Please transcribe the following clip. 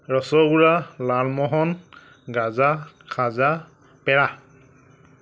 rasgulla lalmohan gaja khaja পেৰা